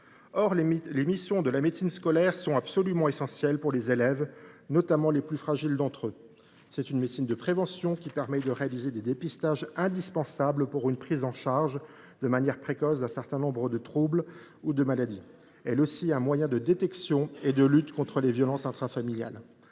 Or les missions de la médecine scolaire sont absolument essentielles pour les élèves, notamment les plus fragiles d’entre eux. C’est une médecine de prévention qui permet de réaliser des dépistages indispensables pour la prise en charge, de manière précoce, d’un certain nombre de troubles ou de maladies. Elle est aussi un moyen de détection et de lutte contre les violences intrafamiliales.